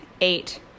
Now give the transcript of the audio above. eight